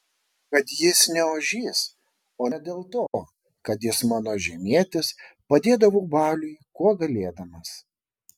kad jis ne ožys o ne dėl to kad jis mano žemietis padėdavau baliui kuo galėdamas